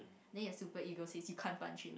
then your super ego says you can't punch him